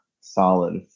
solid